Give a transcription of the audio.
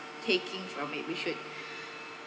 taking from it we should